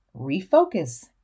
refocus